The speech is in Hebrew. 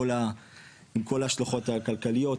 עם כל ההשלכות הכלכליות,